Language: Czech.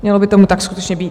Mělo by tomu tak skutečně být.